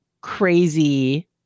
crazy